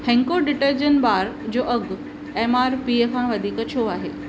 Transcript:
Hancko detergent bar जो अघु M R P खां वधीक छो आहे